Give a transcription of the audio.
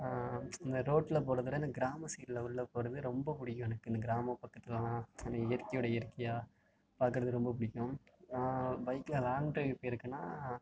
இந்த ரோட்டில் போகிறதோட இந்த கிராம சைடில் உள்ளே போகிறது ரொம்ப பிடிக்கும் எனக்கு இந்த கிராம பக்கத்துலலாம் அந்த இயற்கையோட இயற்கையாக பார்க்குறது ரொம்ப பிடிக்கும் பைக்கில் லாங் ட்ரைவ் போயிருக்கன்னா